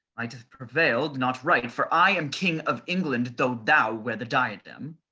might hath prevailed, not right, and for i am king of england, though thou wear the diadem.